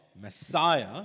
Messiah